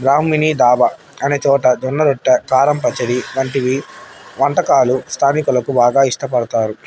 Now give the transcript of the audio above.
బ్రాహ్మిని దాబా అనే చోట జొన్న రొట్టె కారం పచ్చడి వంటివి వంటకాలు స్థానికులకు బాగా ఇష్టపడతారు